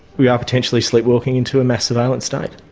we are potentially sleepwalking into a mass surveillance state.